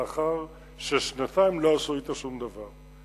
לאחר ששנתיים לא עשו אתה שום דבר,